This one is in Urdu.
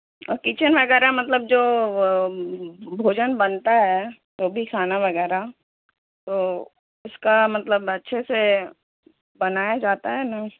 اور کچن وغیرہ مطلب جو بھوجن بنتا ہے جو بھی کھانا وغیرہ تو اس کا مطلب اچھے سے بنایا جاتا ہے نا